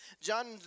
John